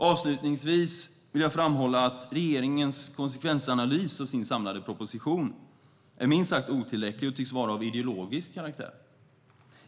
Avslutningsvis vill jag framhålla att regeringens konsekvensanalys av sin samlade proposition är minst sagt otillräcklig och tycks vara av ideologisk karaktär.